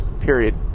Period